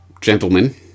gentlemen